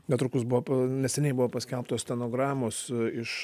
netrukus buvo neseniai buvo paskelbtos stenogramos iš